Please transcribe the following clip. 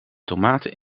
tomaten